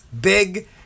big